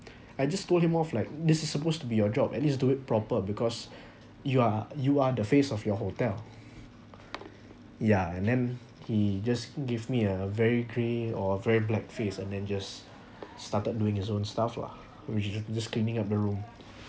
I just told him off like this is supposed to be your job at least do it proper because you are you are the face of your hotel yeah and then he just give me a very grey or very black face and then just started doing his own stuff lah which is just cleaning up the room